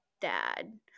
dad